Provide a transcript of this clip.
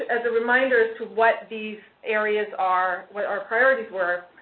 as a reminder as to what these areas are, what our priorities were,